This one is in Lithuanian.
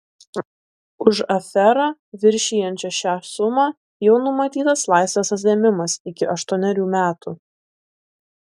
už aferą viršijančią šią sumą jau numatytas laisvės atėmimas iki aštuonerių metų